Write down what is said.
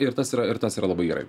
ir tas yra ir tas yra labai gerai